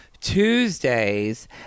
Tuesdays